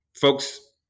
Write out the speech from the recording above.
Folks